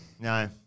No